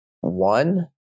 one